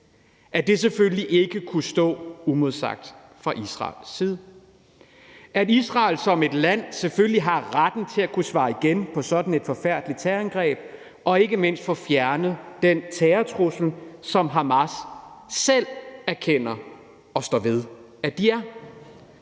kunne selvfølgelig ikke stå uimodsagt fra Israels side, og Israel som land har selvfølgelig retten til at kunne svare igen på sådan et forfærdeligt terrorangreb og ikke mindst få fjernet den terrortrussel, som Hamas selv erkender og står ved at de er.